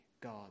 God